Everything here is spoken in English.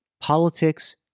politics